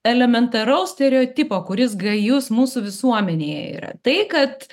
elementaraus stereotipo kuris gajus mūsų visuomenėje yra tai kad